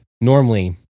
Normally